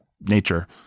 nature